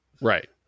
Right